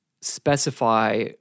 specify